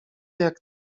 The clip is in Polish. jak